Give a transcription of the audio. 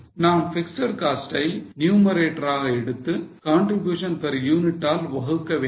எனவே நாம் fixed cost ஐ numerator ஆக எடுத்து contribution per unit ஆல் வகுக்க வேண்டும்